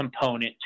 component